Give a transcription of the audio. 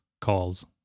calls